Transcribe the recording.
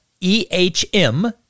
E-H-M